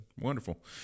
wonderful